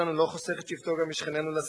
לא חוסך את שבטו גם משכנינו לסכסוך,